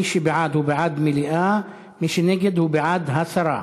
מי שבעד הוא בעד מליאה, מי שנגד הוא בעד הסרה.